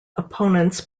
opponents